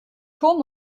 turm